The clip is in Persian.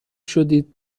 شدید